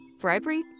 bribery